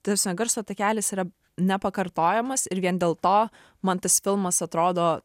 ta prasme garso takelis yra nepakartojamas ir vien dėl to man tas filmas atrodo